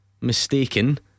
Mistaken